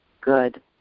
good